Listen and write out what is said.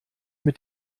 mit